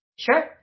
Sure